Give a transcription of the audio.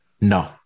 No